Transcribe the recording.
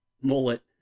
mullet